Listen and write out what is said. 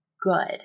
good